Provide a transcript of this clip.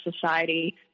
society